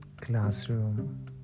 classroom